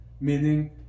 meaning